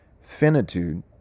Finitude